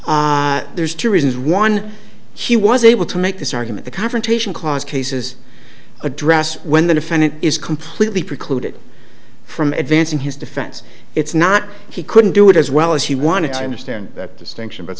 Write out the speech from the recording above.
is there's two reasons one he was able to make this argument the confrontation clause cases address when the defendant is completely precluded from advancing his defense it's not he couldn't do it as well as he wanted to understand that distinction but